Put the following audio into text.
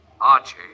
Archie